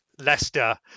Leicester